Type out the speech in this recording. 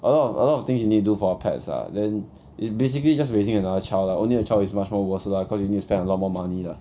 a lot a lot of things you need to do for your pets lah then it's basically just raising another child lah only a child is much more worse cause you need to spend a lot more money lah